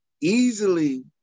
easily